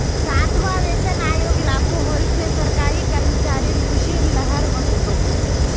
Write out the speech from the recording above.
सातवां वेतन आयोग लागू होल से सरकारी कर्मचारिर ख़ुशीर लहर हो तोक